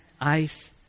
ice